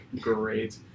Great